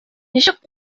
ничек